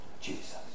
Jesus